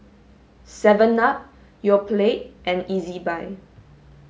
seven up Yoplait and Ezbuy